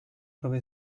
prove